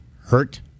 hurt